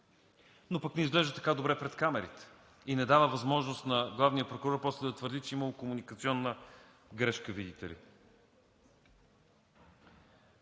но пък не изглежда така добре пред камерите и не дава възможност на главния прокурор после да твърди, че видите ли имало комуникационна грешка.